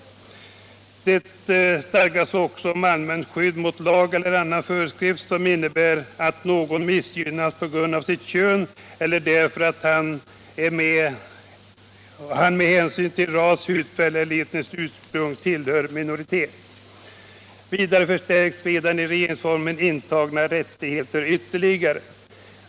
Det stadgas också om allmänt skydd mot lag eller annan föreskrift, som innebär att någon missgynnas på grund av sitt kön eller därför att han med hänsyn till ras, hudfärg eller etniskt ursprung tillhör en minoritet. Vidare förstärks redan i regeringsformerna intagna rättigheter ytterligare.